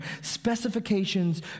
Specifications